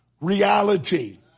reality